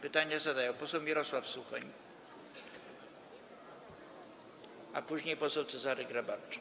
Pytania zadają poseł Mirosław Suchoń, a później poseł Cezary Grabarczyk.